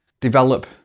develop